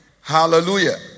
Hallelujah